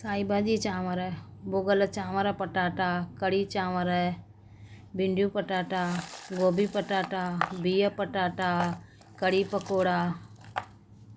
साई भाॼी चांवर भूगल चांवर पटाटा कढी चांवर भिंडियूं पटाटा गोभी पटाटा बीह पटाटा कढी पकौड़ा